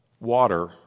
water